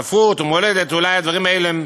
ספרות ומולדת, אולי הדברים האלה,